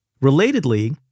Relatedly